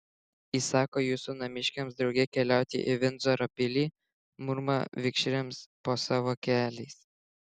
įsako jūsų namiškiams drauge keliauti į vindzoro pilį murma vikšriams po savo keliais